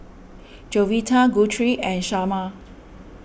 Jovita Guthrie and Shamar